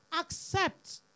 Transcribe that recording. accept